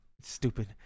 Stupid